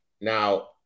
Now